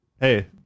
hey